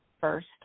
first